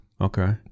Okay